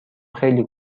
خیلی